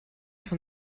von